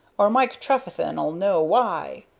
or mark trefethen ll know why.